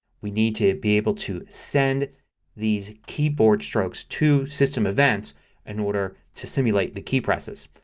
we need to be able to send these keyboard strokes to system events in order to simulate the key presses.